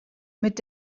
mit